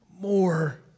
more